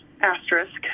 Asterisk